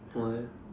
why